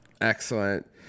excellent